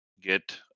get